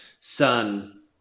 Son